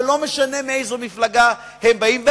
ולא משנה מאיזו מפלגה הם באים.